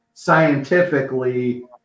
scientifically